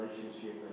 relationship